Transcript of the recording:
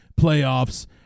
Playoffs